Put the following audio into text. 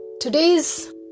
Today's